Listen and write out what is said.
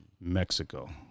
Mexico